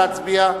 נא להצביע.